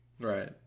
Right